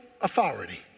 authority